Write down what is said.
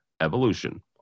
Evolution